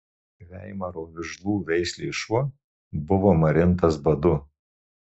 veimaro vižlų veislės šuo buvo marintas badu